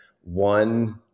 One